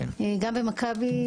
גם במכבי,